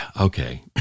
okay